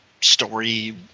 story